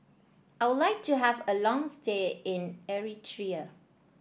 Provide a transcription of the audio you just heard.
I would like to have a long stay in Eritrea